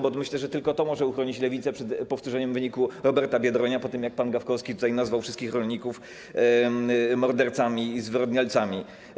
Bo myślę, że tylko to może uchronić Lewicę przed powtórzeniem wyniku Roberta Biedronia po tym, jak pan Gawkowski tutaj nazwał wszystkich rolników mordercami i zwyrodnialcami.